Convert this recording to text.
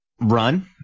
run